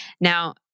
Now